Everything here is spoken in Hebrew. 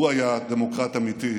הוא היה דמוקרט אמיתי,